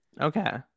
Okay